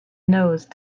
nose